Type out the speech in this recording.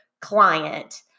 client